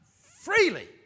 freely